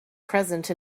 present